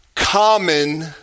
common